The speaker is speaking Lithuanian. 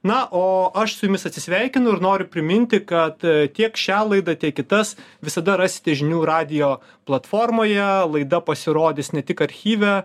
na o aš su jumis atsisveikinu ir noriu priminti kad tiek šią laidą tiek kitas visada rasite žinių radijo platformoje laida pasirodys ne tik archyve